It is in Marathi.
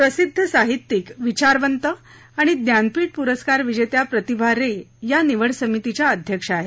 प्रसिद्ध साहित्यीक विचारवंत आणि ज्ञानपीठ पुरस्कार विजेत्या प्रतिभा रे या निवड समितीच्या अध्यक्षा आहेत